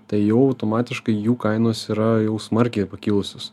tai jau automatiškai jų kainos yra jau smarkiai pakilusios